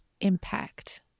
impact